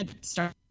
start